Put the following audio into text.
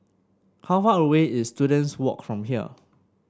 how far away is Students Walk from here